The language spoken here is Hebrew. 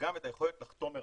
וגם את היכולת לחתום מרחוק".